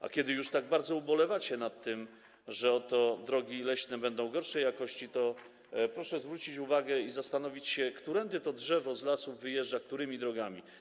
A skoro już tak bardzo ubolewacie nad tym, że oto drogi leśne będą gorszej jakości, to proszę zwrócić uwagę i zastanowić się, którędy to drzewo z lasów wyjeżdża, którymi drogami.